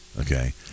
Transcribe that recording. Okay